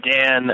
Dan